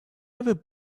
ever